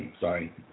sorry